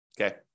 Okay